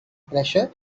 pressure